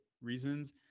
reasons